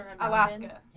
Alaska